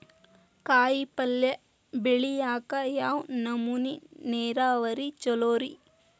ಕಾಯಿಪಲ್ಯ ಬೆಳಿಯಾಕ ಯಾವ್ ನಮೂನಿ ನೇರಾವರಿ ಛಲೋ ರಿ?